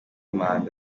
manda